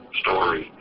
story